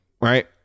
Right